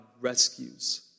rescues